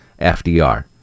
fdr